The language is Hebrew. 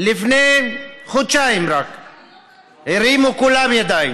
לפני חודשיים כולם רק הרימו ידיים,